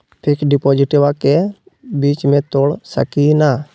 Fix डिपोजिटबा के बीच में तोड़ सकी ना?